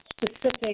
specific